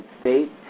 States